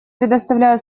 предоставляю